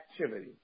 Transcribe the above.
activity